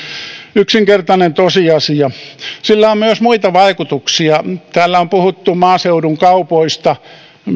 yksinkertainen tosiasia sillä on myös muita vaikutuksia täällä on puhuttu maaseudun kaupoista